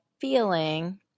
feeling